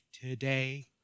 today